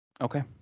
okay